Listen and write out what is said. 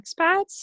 expats